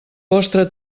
vostra